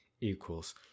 equals